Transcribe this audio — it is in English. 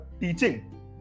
teaching